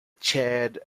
chaired